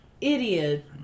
Idiot